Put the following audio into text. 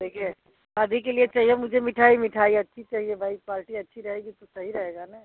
देखिए शादी के लिए चाहिए मुझे मिठाई मिठाई अच्छी चाहिए भाई पार्टी अच्छी रहेगी तो सही रहेगा ना